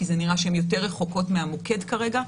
כי זה נראה שהן יותר רחוקות מהמוקד כרגע,